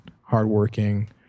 hardworking